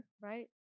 Right